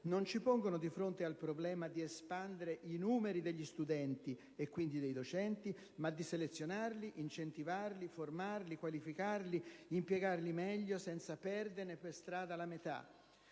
non ci pongono di fronte al problema di espandere i numeri degli studenti (e quindi dei docenti), ma di selezionarli, incentivarli, formarli, qualificarli, impiegarli meglio senza perderne per strada la metà,